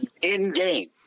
in-game